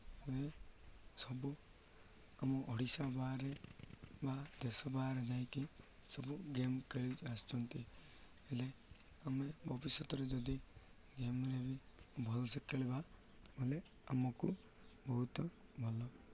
ଏବେ ସବୁ ଆମ ଓଡ଼ିଶା ବାହାରେ ବା ଦେଶ ବାହାରେ ଯାଇକି ସବୁ ଗେମ୍ ଖେଳିକି ଆସୁଛନ୍ତି ହେଲେ ଆମେ ଭବିଷ୍ୟତରେ ଯଦି ଗେମ୍ରେ ବି ଭଲ୍ସେ ଖେଳିବା ହେଲେ ଆମକୁ ବହୁତ ଭଲ